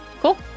Cool